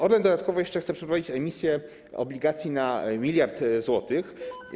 Orlen dodatkowo jeszcze chce przeprowadzić emisję obligacji na miliard złotych.